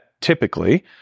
typically